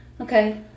Okay